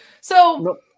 So-